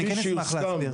אני כן אשמח להסביר.